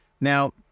Now